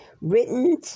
written